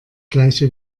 gleiche